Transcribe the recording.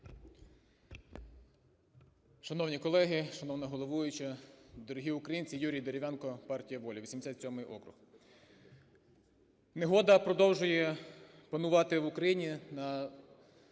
Шановні колеги, шановна головуюча, дорогі українці! Юрій Дерев'янко, партія "Воля", 87 округ. Негода продовжує панувати в Україні на